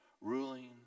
ruling